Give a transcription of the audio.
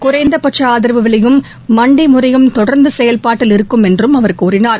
குறைந்தபட்ச ஆதரவு விலையும் மண்டி முறையும் தொடர்ந்து செயல்பாட்டில் இருக்கும் என்று அவர் கூறினார்